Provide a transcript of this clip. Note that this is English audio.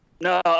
No